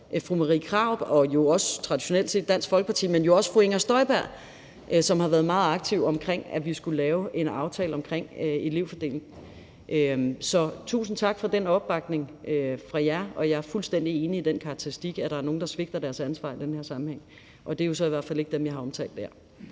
fru Marie Krarup og jo traditionelt set også Dansk Folkeparti og fru Inger Støjberg, som har været meget aktive omkring, at vi skulle lave en aftale omkring en elevfordeling. Så tusind tak for den opbakning fra jer, og jeg er fuldstændig enig i den karakteristik, at der er nogle, der svigter deres ansvar i den her sammenhæng, og det er jo så i hvert fald ikke dem, jeg har omtalt her.